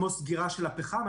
כמו הסגירה של הפחם.